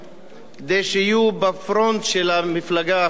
כדי שיהיו בפרונט של המפלגה החדשה.